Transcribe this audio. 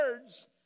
words